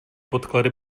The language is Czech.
podklady